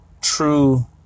true